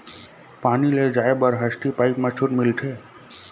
पानी ले जाय बर हसती पाइप मा छूट मिलथे?